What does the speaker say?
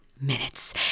minutes